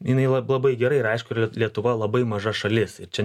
jinai lab labai gerai ir aišku lietuva labai maža šalis ir čia